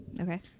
Okay